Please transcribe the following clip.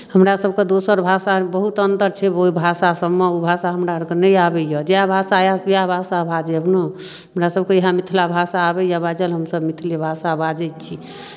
हमरासभके दोसर भाषा बहुत अन्तर छै भाषासभमे ओ भाषा हमरा आओरकेँ नहि आबैए जएह भाषा आयत उएह भाषा बाजब ने हमरासभके इएहै मिथिला भाषा आबैए बाजल हमसभ मैथिली भाषा बाजै छी